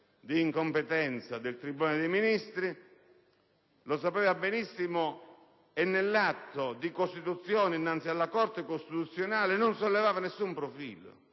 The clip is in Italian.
di incompetenza del tribunale dei ministri, tant'è che nell'atto di costituzione innanzi alla Corte costituzionale non sollevava alcun profilo: